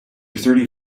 thirty